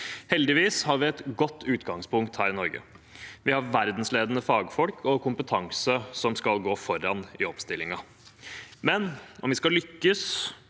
Heldigvis har vi et godt utgangspunkt her i Norge. Vi har verdensledende fagfolk og kompetanse som skal gå foran i omstillingen. Likevel, om vi skal lykkes